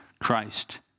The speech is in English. Christ